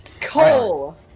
Cole